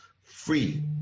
free